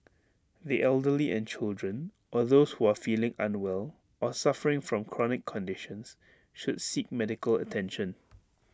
the elderly and children or those who are feeling unwell or suffering from chronic conditions should seek medical attention